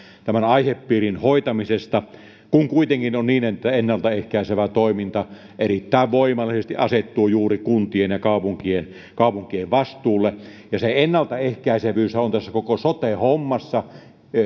tämän aihepiirin hoitamisesta kun kuitenkin on niin että ennalta ehkäisevä toiminta erittäin voimallisesti asettuu juuri kuntien ja kaupunkien kaupunkien vastuulle se ennaltaehkäisevyyshän on tässä koko sote hommassa